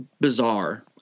bizarre